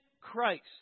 Christ